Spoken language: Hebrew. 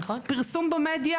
פרסום במדיה,